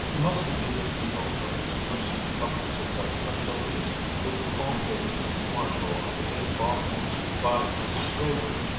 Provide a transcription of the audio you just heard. the most immediate result of this first public success of sylvia's was the call paid to mrs. marshall on the day following by mrs. draper,